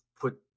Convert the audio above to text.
put